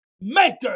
maker